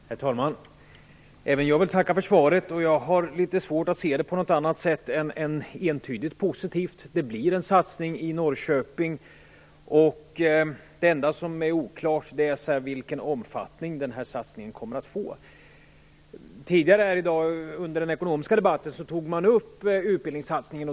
Herr talman! Även jag vill tacka för svaret. Jag har litet svårt att se det på något annat sätt än entydigt positivt. Det blir en satsning i Norrköping. Det enda som är oklart är vilken omfattning denna satsning kommer att få. Tidigare här i dag under den ekonomiska debatten berördes utbildningssatsningen.